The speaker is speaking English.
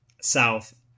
South